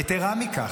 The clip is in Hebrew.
יתרה מזו,